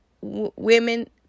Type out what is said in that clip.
women